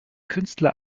künstler